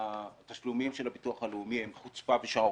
התשלומים של הביטוח הלאומי הם חוצפה ושערורייה,